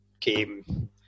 game